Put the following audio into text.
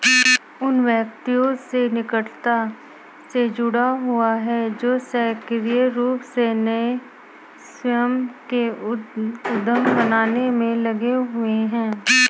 उन व्यक्तियों से निकटता से जुड़ा हुआ है जो सक्रिय रूप से नए स्वयं के उद्यम बनाने में लगे हुए हैं